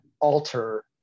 alter